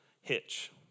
hitch